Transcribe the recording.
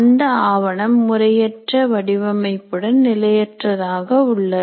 அந்த ஆவணம் முறையற்ற வடிவமைப்புடன் நிலையற்றதாக உள்ளது